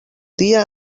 dia